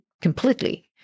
completely